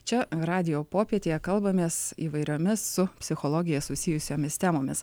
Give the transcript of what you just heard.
čia radijo popietėje kalbamės įvairiomis su psichologija susijusiomis temomis